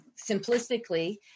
simplistically